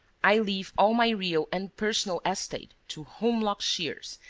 i leave all my real and personal estate to holmlock shears,